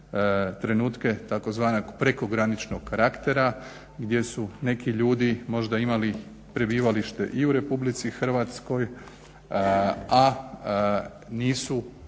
trenutke tzv. prekograničnog karaktera gdje su neki ljudi možda imali prebivalište i u RH, a nisu